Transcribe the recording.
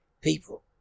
people